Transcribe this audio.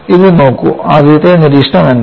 ഇത് നോക്കൂ ആദ്യത്തെ നിരീക്ഷണം എന്താണ്